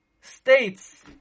states